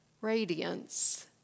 radiance